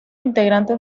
integrante